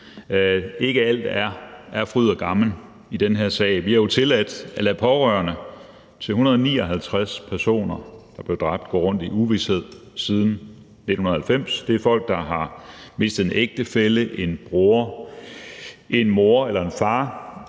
ikke alt er fryd og gammen i den her sag. Vi har jo tilladt at lade pårørende til 159 personer, der blev dræbt, gå rundt i uvished siden 1990. Det er folk, der har mistet en ægtefælle, en bror, en mor eller far,